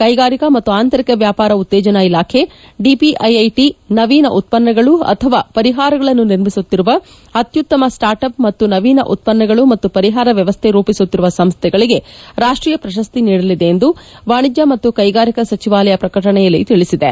ಕೈಗಾರಿಕಾ ಮತ್ತು ಆಂತರಿಕ ವ್ಯಾಪಾರ ಉತ್ತೇಜನ ಇಲಾಖೆ ಡಿಪಿಐಐಟಿ ನವೀನ ಉತ್ಪನ್ನಗಳು ಅಥವಾ ಪರಿಹಾರಗಳನ್ನು ನಿರ್ಮಿಸುತ್ತಿರುವ ಅತ್ಯುತ್ತಮ ಸ್ಟಾರ್ಟ್ಅಪ್ ಮತ್ತು ನವೀನ ಉತ್ಪನ್ನಗಳು ಮತ್ತು ಪರಿಹಾರ ವ್ಯವಸ್ಥೆ ರೂಪಿಸುತ್ತಿರುವ ಸಂಸ್ಥೆಗಳಿಗೆ ರಾಷ್ಟೀಯ ಪ್ರಶಸ್ತಿ ನೀಡಲಿದೆ ಎಂದು ವಾಣಿಜ್ಯ ಮತ್ತು ಕೈಗಾರಿಕಾ ಸಚಿವಾಲಯ ಪ್ರಕಟಣೆಯಲ್ಲಿ ತಿಳಿಸಿದೆ